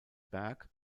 berg